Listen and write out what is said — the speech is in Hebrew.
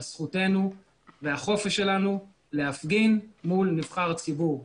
זכותנו ועל החופש שלנו להפגין מול נבחר ציבור.